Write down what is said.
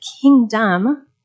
kingdom